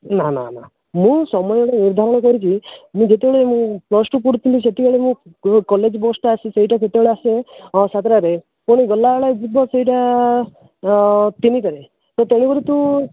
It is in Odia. ନା ନା ନା ମୁଁ ସମୟରେ ଅନୁଧ୍ୟାନ କରୁଛି ମୁଁ ଯେତେବେଳେ ମୁଁ ପ୍ଲସ୍ ଟୁ ପଢ଼ୁଥିଲି ସେତେବେଳେ ମୁଁ କଲେଜ୍ ବସ୍ଟା ଆସେ ସେଇଟା ଯେତେବେଳେ ଆସେ ସାତଟାରେ ପୁଣି ଗଲା ବେଳେ ଯିବ ସେଇଟା ତିନିଟାରେ ତ ତେଣୁ କରି ତୁ